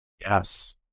Yes